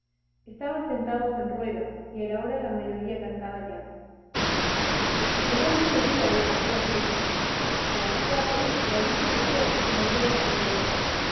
estaban sentados en rueda y a la hora la mayoría cantaba ya llegó mediodía y pasó la siesta a las cuatro la brisa cesó y las velas cayeron